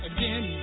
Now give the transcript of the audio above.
Again